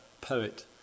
poet